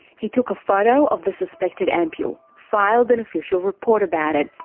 he took a photo of the suspected ampoule. filed an official report about it.